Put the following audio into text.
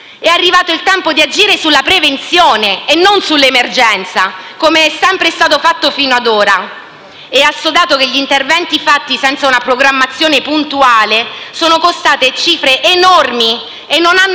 È arrivato il tempo di agire sulla prevenzione e non sull'emergenza, com'è stato sempre fatto fino ad ora. È assodato che gli interventi fatti senza una programmazione puntuale sono costati cifre enormi e non hanno